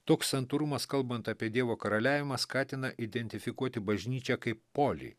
toks santūrumas kalbant apie dievo karaliavimą skatina identifikuoti bažnyčią kaip polį